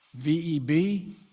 VEB